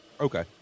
Okay